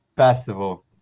Festival